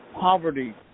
poverty